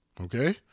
okay